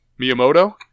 Miyamoto